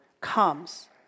comes